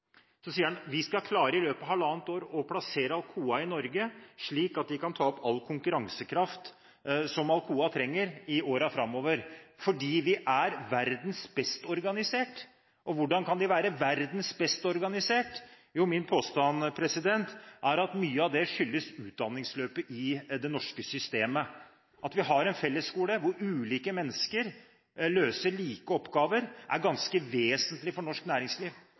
Så til kunnskapsdelen. Høyre har som mantra at de egentlig vil privatisere fellesskolen, for å ta det som eksempel: Det er litt merkelig. Vi hadde et møte med direktøren i Alcoa. Han sa at de i løpet av halvannet år skal klare å plassere Alcoa i Norge, slik at de kan ta opp all konkurransekraft som Alcoa trenger i årene framover, fordi vi er verdens best organiserte. Hvordan kan vi være verdens best organiserte? Min påstand er at det i stor grad skyldes utdanningsløpet i det